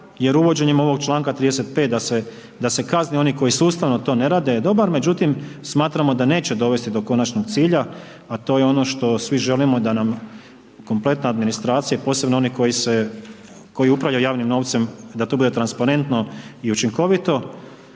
jer uvođenje ovog čl. 35. da se kazne oni koji sustavno to ne rade jer je dobar, međutim, smatram da neće dovesti do konačnog cilja, a to je ono što svi želimo, da nam kompletna administracija i posebno oni koji upravljaju javnim novcem, da to bude transparentno i učinkovito.